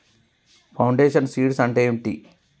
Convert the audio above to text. Foundation seeds అంటే ఏంటి?